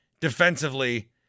defensively